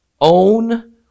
own